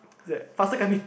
faster come in